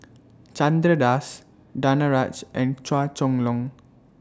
Chandra Das Danaraj and Chua Chong Long